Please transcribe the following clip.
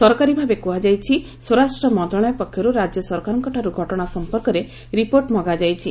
ସରକାରୀ ଭାବେ କୁହାଯାଇଛି ସ୍ୱରାଷ୍ଟ୍ର ମନ୍ତ୍ରଣାଳୟ ପକ୍ଷରୁ ରାଜ୍ୟ ସରକାରଙ୍କଠାରୁ ଘଟଣା ସମ୍ପର୍କରେ ରିପୋର୍ଟ ମଗାଯାଇଛି